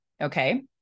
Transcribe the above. Okay